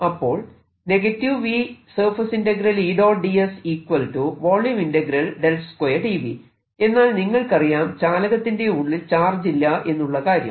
അപ്പോൾ എന്നാൽ നിങ്ങൾക്കറിയാം ചാലകത്തിന്റെ ഉള്ളിൽ ചാർജ് ഇല്ല എന്നുള്ള കാര്യം